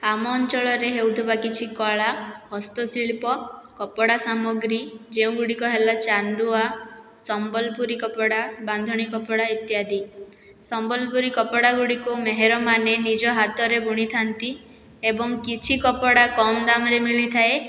ଆମ ଅଞ୍ଚଳରେ ହେଉଥିବା କିଛି କଳା ହସ୍ତଶିଳ୍ପ କପଡ଼ା ସାମଗ୍ରୀ ଯେଉଁ ଗୁଡ଼ିକ ହେଲା ଚାନ୍ଦୁଆ ସମ୍ବଲପୁରୀ କପଡ଼ା ବାନ୍ଧଣି କପଡ଼ା ଇତ୍ୟାଦି ସମ୍ବଲପୁରୀ କପଡ଼ା ଗୁଡ଼ିକୁ ମେହେର ମାନେ ନିଜ ହାତରେ ବୁଣିଥାଆନ୍ତି ଏବଂ କିଛି କପଡ଼ା କମ୍ ଦାମ୍ରେ ମିଳିଥାଏ